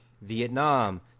Vietnam